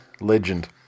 Legend